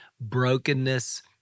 brokenness